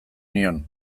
nion